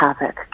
havoc